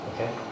Okay